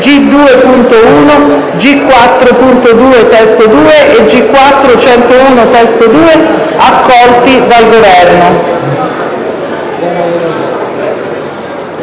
G2.1, G4.2 (testo 2) e G4.101 (testo 2) accolti dal Governo